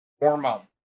warm-up